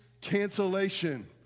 cancellation